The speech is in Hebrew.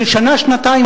ששנה-שנתיים,